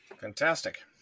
Fantastic